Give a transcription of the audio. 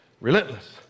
relentless